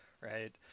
Right